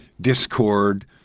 discord